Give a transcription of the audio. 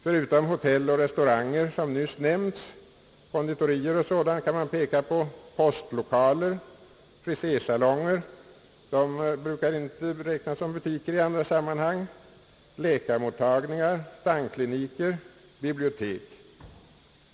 Förutom hotell, restauranger, konditorier och sådant, som nyss nämnts, kan vi peka på postlokaler, frisérsalonger dessa brukar inte räknas som butiker i andra sammanhang — läkarmottagningar, tandkliniker och bibliotek.